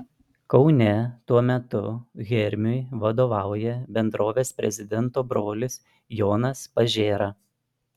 kaune tuo metu hermiui vadovauja bendrovės prezidento brolis jonas pažėra